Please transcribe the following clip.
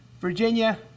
Virginia